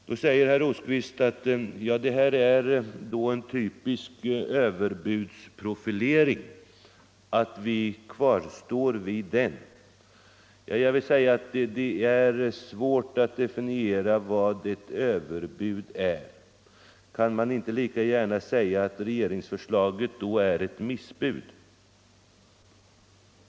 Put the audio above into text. Herr Rosqvist säger att detta är en typisk överbudsprofilering. Till det vill jag säga att det är svårt att definiera vad som är ett överbud. Kan man inte lika gärna säga att regeringsförslaget är ett ”missbud”?